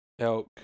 elk